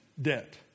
debt